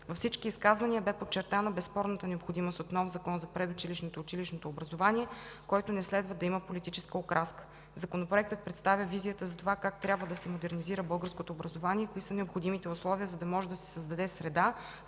Във всички изказвания бе подчертана безспорната необходимост от нов Закон за предучилищното и училищното образование, който не следва да има политическа окраска. Законопроектът представя визията за това как трябва да се модернизира българското образование и кои са необходимите условия, за да може да се създаде среда,